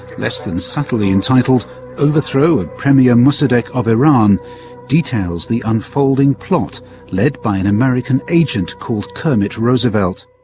less than subtly entitled overthrow of premier mossadeq of iran details the unfolding plot led by an american agent called kermit roosevelt.